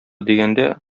дигәндә